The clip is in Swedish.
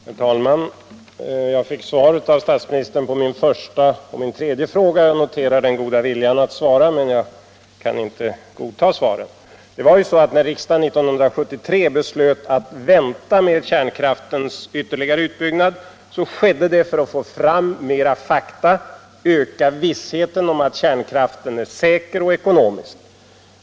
Herr talman! Jag fick svar av statsministern på min första och min tredje fråga. Jag noterar den goda viljan att svara men kan inte godta svaret. När riksdagen 1973 beslöt att vänta med kärnkraftens ytterligare utbyggnad skedde det för att få fram mera fakta, öka vissheten om att kärnkraften är säker och ekonomisk.